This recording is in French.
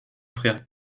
frère